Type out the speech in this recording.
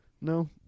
No